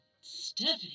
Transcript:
Stephanie